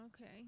okay